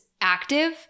active